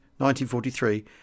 1943